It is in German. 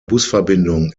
busverbindung